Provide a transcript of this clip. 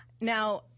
Now